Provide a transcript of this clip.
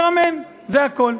אומר "אמן", זה הכול.